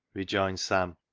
rejoined sam,